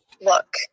look